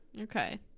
Okay